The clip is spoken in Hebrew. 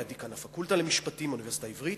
היה דיקן הפקולטה למשפטים באוניברסיטה העברית.